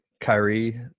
Kyrie